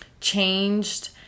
changed